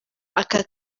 aka